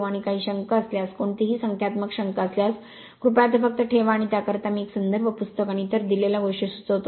आणि काही शंका असल्यास कोणतीही संख्यात्मक शंका असल्यास कृपया ते फक्त ठेवा आणि त्याकरिता मी एक संदर्भ पुस्तक आणि इतर दिलेल्या गोष्टी सुचवतो